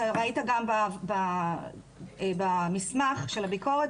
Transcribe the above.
אתה ראית גם במסמך של הביקורת,